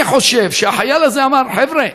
אני חושב שהחייל הזה אמר: חבר'ה,